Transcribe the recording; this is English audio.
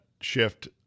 shift